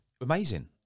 Amazing